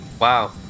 Wow